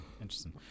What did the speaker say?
interesting